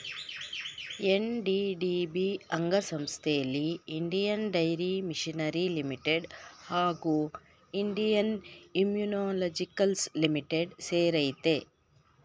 NDDB ಅಂಗಸಂಸ್ಥೆಲಿ Indian dairy machinery limited ಹಾಗೂ Indian immunologicals limited ಸೇರಯ್ತೆ